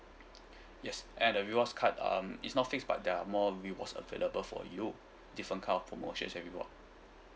yes and the rewards card um it's not fixed but there are more rewards available for you different kinds of promotion and rewards